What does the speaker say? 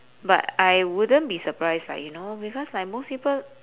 but I wouldn't be surprised like you know because like most people